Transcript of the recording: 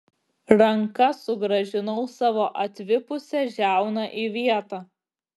ranka sugrąžinau savo atvipusią žiauną į vietą